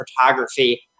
photography